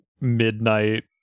midnight